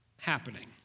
happening